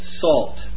Salt